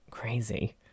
crazy